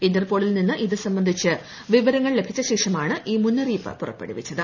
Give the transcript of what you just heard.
ഇന്റർപോളിൽ നിന്ന് ഇതുസംബന്ധിച്ച് വിവരങ്ങൾ ലഭിച്ചശേഷമാണ് ഈ മുന്നറിയിപ്പ് പുറപ്പെടുവിച്ചത്